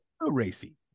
racy